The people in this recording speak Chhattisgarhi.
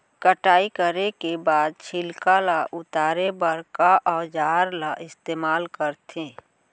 कटाई करे के बाद छिलका ल उतारे बर का औजार ल इस्तेमाल करथे?